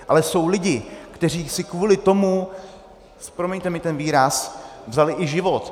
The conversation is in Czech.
Ale jsou lidé, kteří si kvůli tomu, promiňte mi ten výraz, vzali i život.